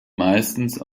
meistens